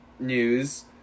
News